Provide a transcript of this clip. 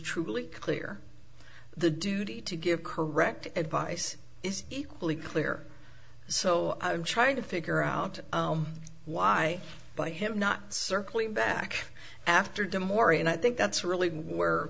truly clear the duty to give correct advice is equally clear so i'm trying to figure out why but i have not circling back after demi moore and i think that's really where